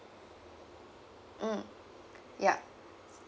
mm yeah